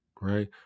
right